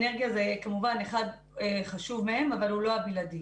אנרגיה זה כמובן אינטרס חשוב, אבל הוא לא הבלעדי.